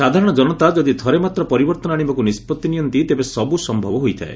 ସାଧାରଣ ଜନତା ଯଦି ଥରେ ମାତ୍ର ପରିବର୍ତ୍ତନ ଆଶିବାକୁ ନିଷ୍ପତ୍ତି ନିଅନ୍ତି ତେବେ ସବୁ ସମ୍ଭବ ହୋଇଥାଏ